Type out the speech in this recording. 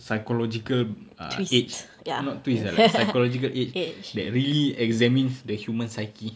psychological uh age not twist ah like psychological age that really examines the human psyche